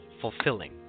fulfilling